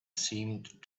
seemed